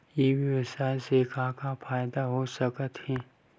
ई व्यवसाय से का का फ़ायदा हो सकत हे?